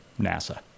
NASA